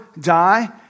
die